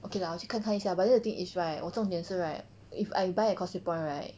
okay lah 我去看一下 but the thing is right 我重点是 right if I buy at Causeway point right